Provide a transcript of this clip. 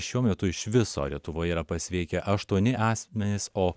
šiuo metu iš viso lietuvoje yra pasveikę aštuoni asmenys o